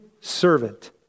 servant